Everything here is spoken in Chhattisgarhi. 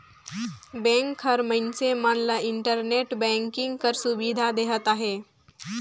बेंक हर मइनसे मन ल इंटरनेट बैंकिंग कर सुबिधा देहत अहे